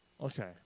Okay